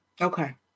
Okay